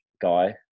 guy